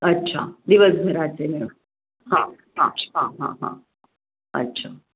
अच्छा दिवसभराचे मिळून हां हां हां हां हां अच्छा